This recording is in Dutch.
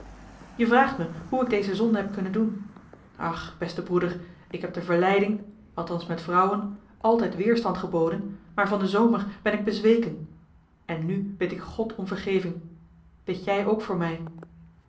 je vraagt me hoe ik deze zonde heb kunnen doen ach beste broeder ik heb de verleiding althans met vrouwen altijd weerstand geboden maar van den zomer ben ik bezweken en nu bid ik god om vergeving bid jij ook voor mij